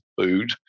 food